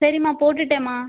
சரிம்மா போட்டுட்டேன்ம்மா